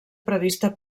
prevista